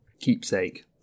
keepsake